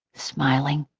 smiling.